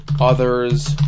others